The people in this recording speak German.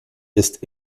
ist